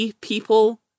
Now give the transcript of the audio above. people